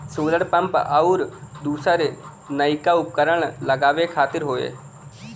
solar pump आउर दूसर नइका उपकरण लगावे खातिर हौ